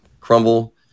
crumble